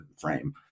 frame